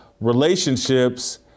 relationships